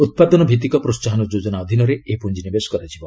ଉତ୍ପାଦନ ଭିଭିକ ପ୍ରୋହାହନ ଯୋଜନା ଅଧୀନରେ ଏହି ପ୍ରଞ୍ଜିନିବେଶ କରାଯିବ